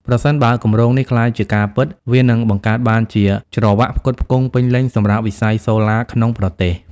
ប្រសិនបើគម្រោងនេះក្លាយជាការពិត វានឹងបង្កើតបានជា ច្រវ៉ាក់ផ្គត់ផ្គង់ពេញលេញ សម្រាប់វិស័យសូឡាក្នុងប្រទេស។